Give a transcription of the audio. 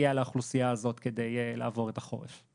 לסייע לאוכלוסייה הזאת כדי לעבור את החורף.